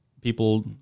people